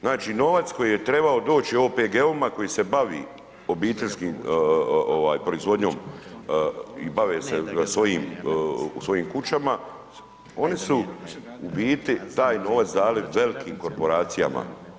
Znači novac koji je trebao doći OPG-ovima koji se bavi obiteljskim ovaj proizvodnjom i bave se svojim u svojim kućama oni su u biti taj novac dali velkim korporacijama.